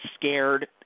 scared